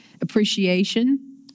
Appreciation